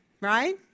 right